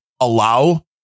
allow